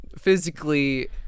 physically